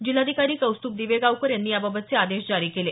जिल्हाधिकारी कौस्तुभ दिवेगावकर यांनी याबाबतचे आदेश जारी केले